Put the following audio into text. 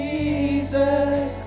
Jesus